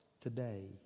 Today